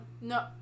No